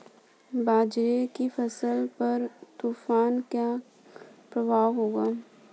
बाजरे की फसल पर तूफान का क्या प्रभाव होगा?